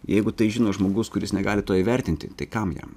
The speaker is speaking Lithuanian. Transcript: jeigu tai žino žmogus kuris negali to įvertinti tai kam jam